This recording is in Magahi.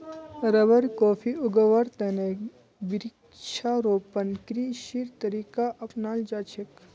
रबर, कॉफी उगव्वार त न वृक्षारोपण कृषिर तरीका अपनाल जा छेक